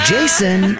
Jason